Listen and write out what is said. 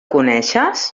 coneixes